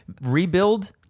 Rebuild